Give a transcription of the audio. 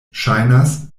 ŝajnas